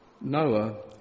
Noah